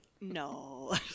No